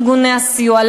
לארגוני הסיוע,